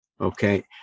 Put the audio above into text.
Okay